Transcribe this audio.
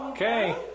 Okay